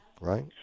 right